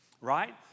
right